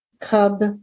Cub